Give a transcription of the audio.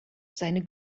seine